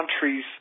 countries